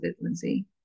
Lindsay